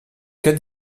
cas